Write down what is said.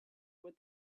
what